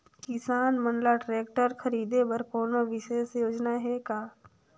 किसान मन ल ट्रैक्टर खरीदे बर कोनो विशेष योजना हे का?